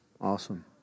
Awesome